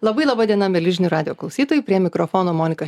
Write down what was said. labai laba diena mieli žinių radijo klausytojai prie mikrofono monika